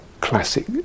classic